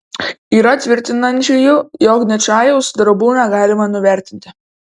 yra tvirtinančiųjų jog ničajaus darbų negalima nuvertinti